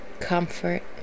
comfort